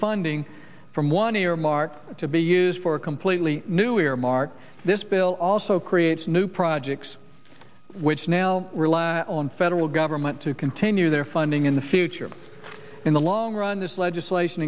funding from one earmark to be used for a completely new earmark this bill also creates new projects which now rely on federal government to continue their funding in the future in the long run this legislation